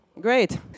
great